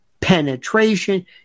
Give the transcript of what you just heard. penetration